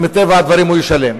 ומטבע הדברים הוא ישלם.